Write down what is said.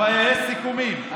אבל ההצעות מתקדמות במקביל בוועדה.